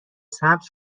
سبز